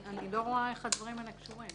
אני לא רואה איך הדברים האלה קשורים.